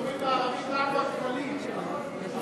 השידורים בערבית זה רק בכבלים,